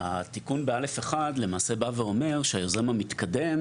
התיקון בא' 1 למעשה בא ואומר שהייזום המתקדם